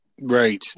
Right